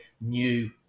new